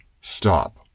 stop